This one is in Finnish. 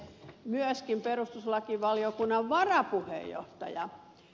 myöskin perustuslakivaliokunnan varapuheenjohtaja ed